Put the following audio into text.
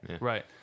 right